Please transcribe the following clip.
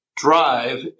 drive